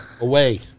Away